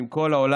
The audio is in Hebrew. עם כל העולם,